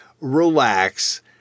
relax